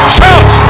Shout